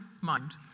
mind